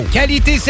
Qualité